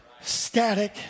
static